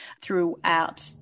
throughout